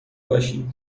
باشیم